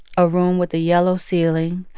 a room with a yellow ceiling,